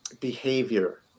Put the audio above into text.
behavior